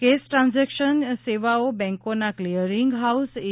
cash transaction સેવાઓ બેંકોના clearing house એ